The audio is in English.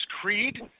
Creed